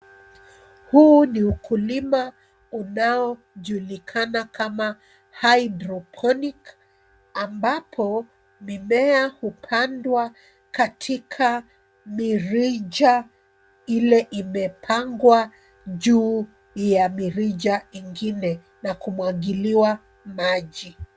Huu ni ukulima unaojulikana kama hydroponic ambapo mimea hupandwa katika mirija ile imepangwa juu ya mirija ingine na kumwagiliwa maji.